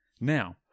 Now